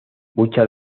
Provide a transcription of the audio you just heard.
muchas